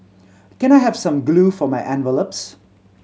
can I have some glue for my envelopes